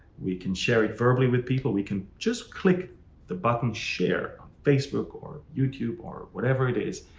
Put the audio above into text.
we can share it verbally with people. we can just click the button, share facebook or youtube or whatever it is,